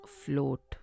float